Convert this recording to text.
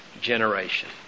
generation